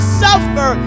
suffer